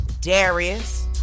Darius